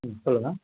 ம் சொல்லுங்கள்